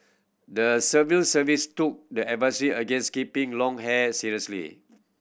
the civil service took the advisory against keeping long hair seriously